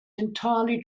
entirely